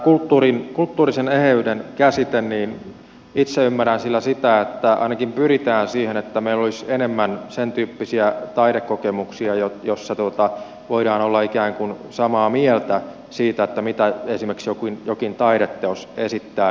tällä kulttuurisen eheyden käsitteellä itse ymmärrän sitä että ainakin pyritään siihen että meillä olisi enemmän sen tyyppisiä taidekokemuksia joissa voidaan olla ikään kuin samaa mieltä siitä mitä esimerkiksi jokin taideteos esittää